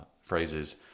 phrases